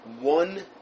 one